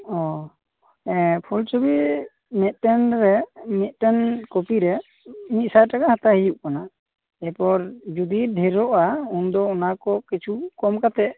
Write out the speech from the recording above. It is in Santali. ᱚᱸᱻ ᱮᱸ ᱯᱷᱩᱞ ᱪᱷᱩᱵᱤ ᱢᱤᱫᱴᱮᱱ ᱨᱮ ᱢᱮᱫᱴᱮᱱ ᱠᱚᱯᱤᱨᱮ ᱢᱤᱫᱥᱟᱭ ᱴᱟᱠᱟ ᱦᱟᱛᱟᱣ ᱦᱩᱭᱩᱜ ᱠᱟᱱᱟ ᱮᱨᱯᱚᱨ ᱡᱩᱫᱤ ᱰᱷᱮᱨᱚᱜ ᱟ ᱩᱱᱫᱚ ᱚᱱᱟᱠᱚ ᱠᱤᱪᱷᱩ ᱠᱚᱢ ᱠᱟᱛᱮᱫ